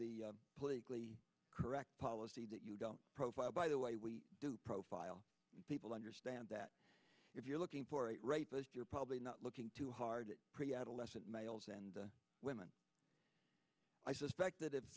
the politically correct policy that you don't profile by the way do profile people understand that if you're looking for it right you're probably not looking too hard preadolescent males and women i suspect that if